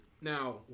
now